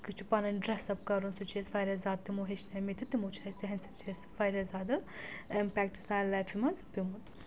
چھُ پَنٕنۍ dress up کَرُن سُہ چھِ أسۍ واریاہ زیادٕ تِمو ہیٚچھنٲیمٕتۍ تِمو چھِ اَسہِ تِہنٛدۍ سۭتۍ چھِ اَسہِ واریاہ زیادٕ اِمپیکٹ سانہِ لایفہِ منٛز پِیوٚمُت